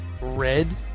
red